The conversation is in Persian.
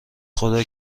خدا